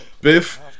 Biff